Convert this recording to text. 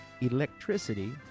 Electricity